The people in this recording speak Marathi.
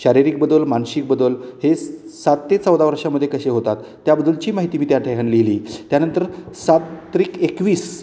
शारीरिक बदल ममानसिक बदल हे सात ते चौदा वर्षामध्ये कसे होतात त्या बद्दलची माहिती मी त्या ठिकाणी लिहिली त्यानंतर सात त्रिक एकवीस